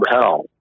Hell